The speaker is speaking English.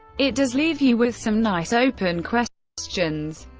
it does leave you with some nice open questions.